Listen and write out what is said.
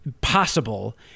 possible